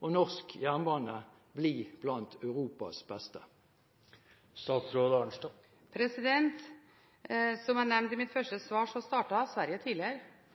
og norsk jernbane bli blant Europas beste? Som jeg nevnte i mitt første svar, startet Sverige tidligere. Så